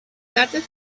tarde